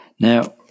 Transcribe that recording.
Now